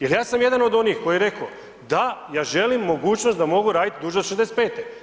Jer ja sam jedan od onih koji je rekao da, ja želim mogućnost da mogu raditi duže od 65.